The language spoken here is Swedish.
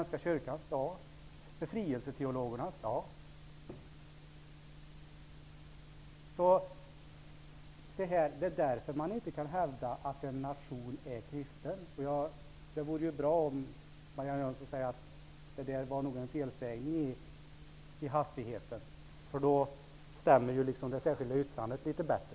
Nej, det gillar jag inte. Det är därför som man inte kan hävda att en nation är kristen. Det vore bra om Marianne Jönsson medgav att det var en felsägning i hastigheten. Då skulle det särskilda yttrandet stämma litet bättre.